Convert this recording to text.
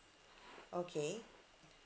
okay